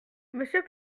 monsieur